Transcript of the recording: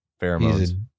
Pheromones